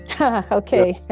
okay